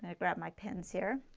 ah grab my pins here.